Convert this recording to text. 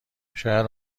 شاید